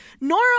Nora